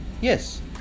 yes